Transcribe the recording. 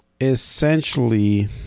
essentially